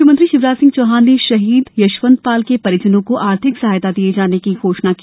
मुख्यमंत्री शिवराज सिंह चौहान ने शहीद यशवंत पाल के परिजन को आर्थिक सहायता दिए जाने की घोषणा की